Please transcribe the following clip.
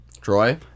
Troy